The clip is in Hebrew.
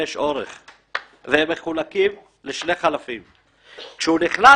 למרות שאני מאלה